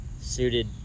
suited